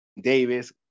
Davis